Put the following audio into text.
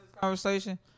conversation